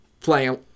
playing